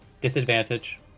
Disadvantage